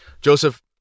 joseph